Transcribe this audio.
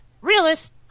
realist